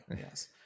Yes